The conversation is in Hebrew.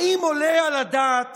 האם עולה על הדעת